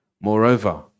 moreover